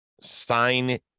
sign